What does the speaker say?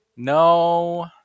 No